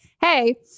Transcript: hey